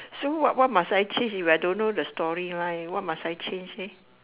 so what what must I change if I don't know the story line what must I change eh